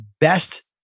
best